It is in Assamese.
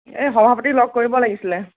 এই সভাপতিক লগ কৰিব লাগিছিলে